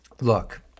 look